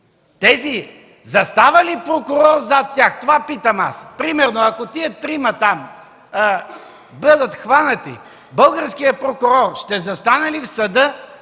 тях застава ли прокурор? Това питам аз! Примерно, ако тези трима там бъдат хванати, българският прокурор ще застане ли в съда